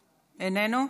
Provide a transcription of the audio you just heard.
איננו,